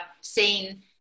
seen